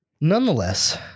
Nonetheless